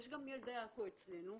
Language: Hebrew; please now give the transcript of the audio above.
יש גם ילדי עכו אצלנו.